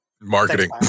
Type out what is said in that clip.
marketing